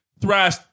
thrash